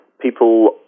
people